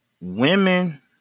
women